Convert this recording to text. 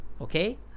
Okay